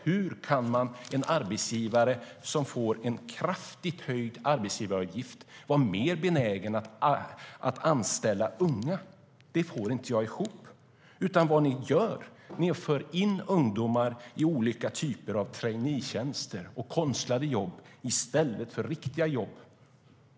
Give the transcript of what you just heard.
Hur kan en arbetsgivare som får en kraftigt höjd arbetsgivaravgift vara mer benägen att anställa unga? Det får jag inte ihop. Vad ni gör är att ni för in ungdomar i olika typer av traineetjänster och konstlade jobb i stället för riktiga jobb.